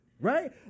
right